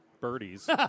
Birdie's